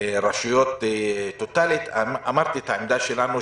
רשויות טוטלית אמרתי את העמדה שלנו,